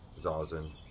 Zazen